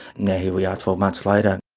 now here we are twelve months later.